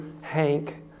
Hank